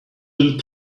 little